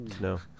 no